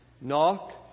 Knock